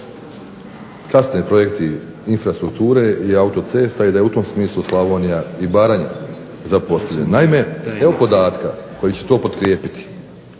kasne projekti infrastrukture i autocesta i da je u tom smislu Slavonija i Baranja zapostavljena. Naime, evo podatka koji će to potkrijepiti.